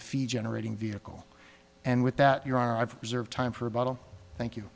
a fee generating vehicle and with that your are i've reserved time for a bottle thank you